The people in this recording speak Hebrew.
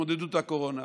להתמודדות עם הקורונה.